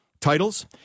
titles